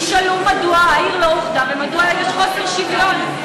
תשאלו מדוע העיר לא אוחדה ומדוע יש חוסר שוויון.